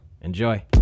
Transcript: enjoy